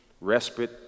respite